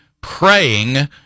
praying